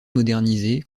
modernisée